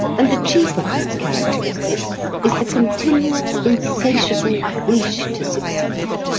and the chief of these characteristics is the continual, insatiable wish to succeed.